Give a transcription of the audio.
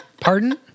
Pardon